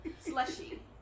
slushy